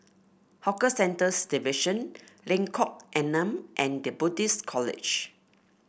Hawker Centres Division Lengkok Enam and The Buddhist College